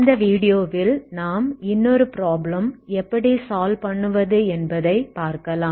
இந்த வீடியோவில் நாம் இன்னொரு ப்ராப்ளம் எப்படி சால்வ் பண்ணுவது என்பதை பார்க்கலாம்